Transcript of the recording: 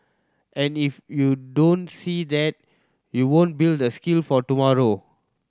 and if you don't see that you won't build the skill for tomorrow